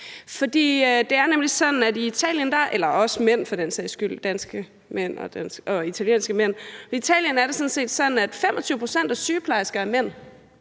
i Italien er det sådan set sådan, at 25 pct. af sygeplejersker er mænd,